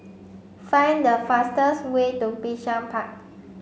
find the fastest way to Bishan Park